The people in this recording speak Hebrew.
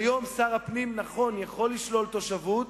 כיום שר הפנים, נכון, יכול לשלול תושבות,